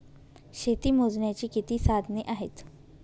शेती मोजण्याची किती साधने आहेत?